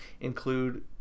include